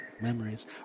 Memories